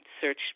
search